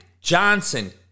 Johnson